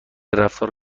رفتار